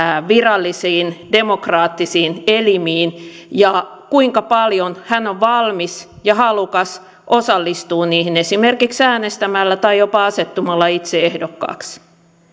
virallisiin demokraattisiin elimiin ja kuinka paljon hän on valmis ja halukas osallistumaan niihin esimerkiksi äänestämällä tai jopa asettumalla itse ehdokkaaksi